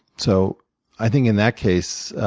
so i think in that case,